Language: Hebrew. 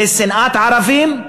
זה שנאת ערבים,